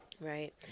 right